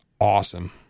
awesome